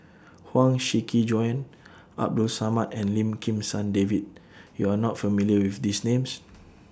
Huang Shiqi Joan Abdul Samad and Lim Kim San David YOU Are not familiar with These Names